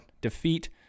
Defeat